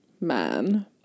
man